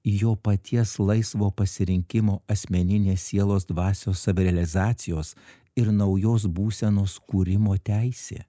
jo paties laisvo pasirinkimo asmeninė sielos dvasios savirealizacijos ir naujos būsenos kūrimo teisė